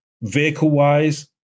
Vehicle-wise